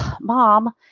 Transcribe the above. mom